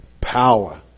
power